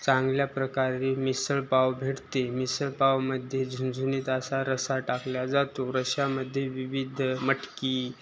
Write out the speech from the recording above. चांगल्या प्रकारे मिसळ पाव भेटते मिसळ पावमध्ये झणझणीत असा रस्सा टाकल्या जातो रश्श्यामध्ये विविध मटकी